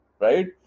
right